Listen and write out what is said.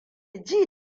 ji